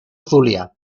zulia